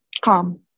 calm